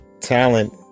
talent